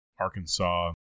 Arkansas